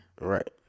Right